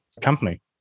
company